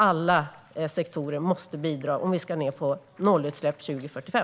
Alla sektorer måste bidra om vi ska komma ned till nollutsläpp 2045.